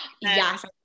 Yes